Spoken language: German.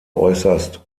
äußerst